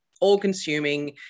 all-consuming